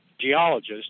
geologist